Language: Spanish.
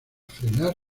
frenar